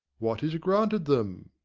what is granted them?